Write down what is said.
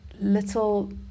little